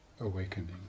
awakening